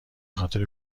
خاطر